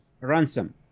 ransom